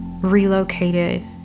relocated